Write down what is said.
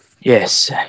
Yes